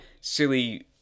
silly